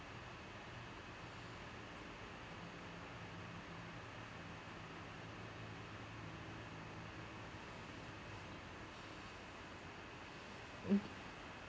mm